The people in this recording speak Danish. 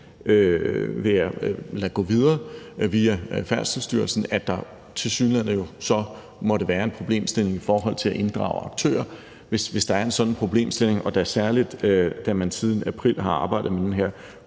vil jeg lade gå videre via Færdselsstyrelsen: at der tilsyneladende jo så måtte være en problemstilling i forhold til at inddrage aktører. Hvis der er sådan en problemstilling, og da særligt, da man siden april har arbejdet med den her